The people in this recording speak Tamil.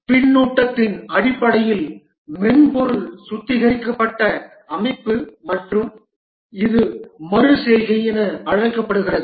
பின்னூட்டத்தின் அடிப்படையில் மென்பொருள் சுத்திகரிக்கப்பட்ட அமைப்பு மற்றும் இது மறு செய்கை என அழைக்கப்படுகிறது